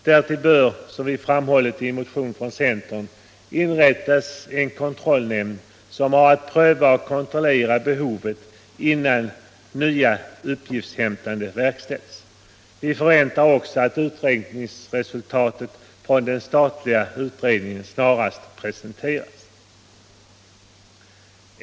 Därtill bör, som vi framhållit i en motion från centern, inrättas en kontrollnämnd som har att pröva och kontrollera behovet innan en ny uppgiftsinsamling verkställs. Vi förväntar oss också att utredningsresultatet från den statliga utredningen snarast presenteras.